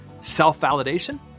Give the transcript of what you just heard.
self-validation